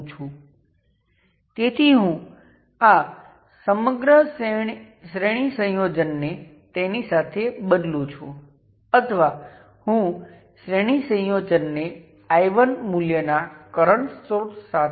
અને જ્યારે તમે પ્રથમ પોર્ટ પર વોલ્ટેજ લાગુ કરો છો અને બીજા પોર્ટ પર કરંટ અને અન્ય ક્વોન્ટિટિને માપો